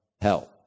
help